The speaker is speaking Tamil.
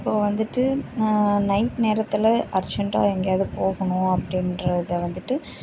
இப்போது வந்துவிட்டு நைட் நேரத்தில் அர்ஜென்டாக எங்கையாவது போகணும் அப்படின்றத வந்துட்டு